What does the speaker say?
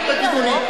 אל תגידו לי,